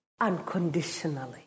unconditionally